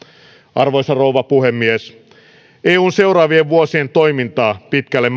arvoisa rouva puhemies eun seuraavien vuosien toimintaa määrittävät pitkälle